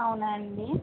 అవునా అండీ